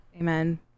Amen